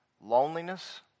Loneliness